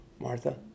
Martha